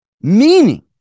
meaning